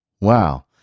Wow